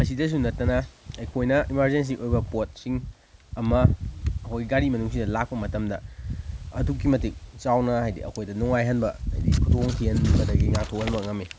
ꯑꯁꯤꯗꯁꯨ ꯅꯠꯇꯅ ꯑꯩꯈꯣꯏꯅ ꯏꯃꯥꯔꯖꯦꯟꯁꯤ ꯑꯣꯏꯕ ꯄꯣꯠꯁꯤꯡ ꯑꯃ ꯑꯩꯈꯣꯏ ꯒꯥꯔꯤ ꯃꯅꯨꯡꯁꯤꯗ ꯂꯥꯛꯄ ꯃꯇꯝꯗ ꯑꯗꯨꯛꯀꯤ ꯃꯇꯤꯛ ꯆꯥꯎꯅ ꯍꯥꯏꯗꯤ ꯑꯩꯈꯣꯏꯗ ꯅꯨꯡꯉꯥꯏꯍꯟꯕ ꯍꯥꯏꯗꯤ ꯈꯨꯗꯣꯡ ꯊꯤꯍꯟꯕꯗꯒꯤ ꯉꯥꯛꯊꯣꯛꯍꯟꯕ ꯉꯝꯃꯤ